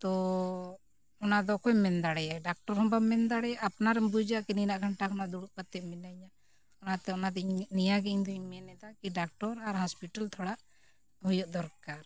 ᱛᱳᱻ ᱚᱱᱟ ᱫᱚ ᱚᱠᱚᱭᱮᱢ ᱢᱮᱱ ᱫᱟᱲᱮᱭᱟᱭᱟ ᱰᱟᱠᱴᱚᱨ ᱦᱚᱸ ᱵᱟᱢ ᱢᱮᱱ ᱫᱟᱲᱮᱭᱟᱜᱼᱟ ᱟᱯᱱᱟᱨᱮᱢ ᱵᱩᱡᱟ ᱠᱤ ᱱᱤᱱᱟᱹᱜ ᱜᱷᱟᱱᱴᱟ ᱠᱷᱚᱱᱟᱜ ᱫᱩᱲᱩᱵ ᱠᱟᱛᱮᱫ ᱢᱤᱱᱟᱹᱧᱟ ᱚᱱᱟᱛᱮ ᱚᱱᱟᱛᱮ ᱱᱤᱭᱟᱹᱜᱮ ᱤᱧᱫᱚᱧ ᱢᱮᱱᱮᱫᱟ ᱠᱤ ᱰᱟᱠᱴᱚᱨ ᱟᱨ ᱛᱷᱚᱲᱟ ᱦᱩᱭᱩᱜ ᱫᱚᱨᱠᱟᱨ